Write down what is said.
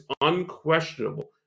unquestionable